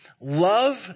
Love